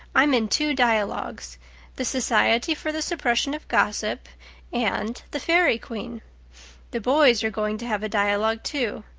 i'm in two dialogues the society for the suppression of gossip and the fairy queen the boys are going to have a dialogue too.